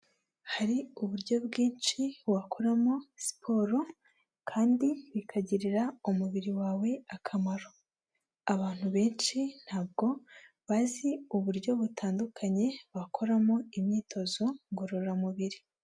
Hari uburyo bwinshi wakoramo siporo, kandi bikagirira umubiri wawe akamaro, abantu benshi ntabwo bazi uburyo butandukanye bakoramo imyitozo ngororamubiri.